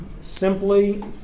Simply